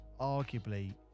arguably